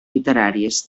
literàries